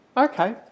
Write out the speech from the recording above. Okay